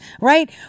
right